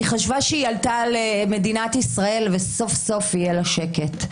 היא חשבה שהיא עלתה למדינת ישראל וסוף-סוף יהיה לה שקט.